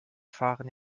fahren